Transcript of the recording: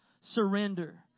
surrender